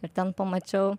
ir ten pamačiau